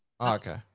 Okay